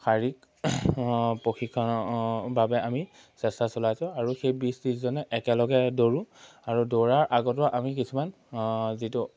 শাৰীৰিক প্ৰশিক্ষণৰ বাবে আমি চেষ্টা চলাইছোঁ আৰু সেই বিছ ত্ৰিছজনে একেলগে দৌৰোঁ আৰু দৌৰাৰ আগতেও আমি কিছুমান যিটো